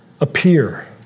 appear